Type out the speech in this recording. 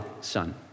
son